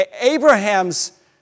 Abraham's